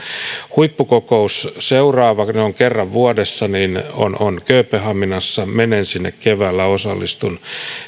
huippukokous ne ovat kerran vuodessa on on kööpenhaminassa menen sinne keväällä osallistun